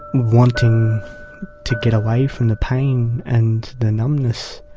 wanting to to get away from the pain and the numbness,